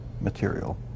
material